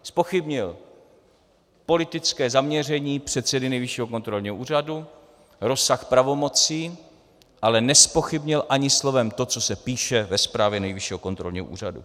Zpochybnil politické zaměření předsedy Nejvyššího kontrolního úřadu, rozsah pravomocí, ale nezpochybnil ani slovem to, co se píše ve zprávě Nejvyššího kontrolního úřadu.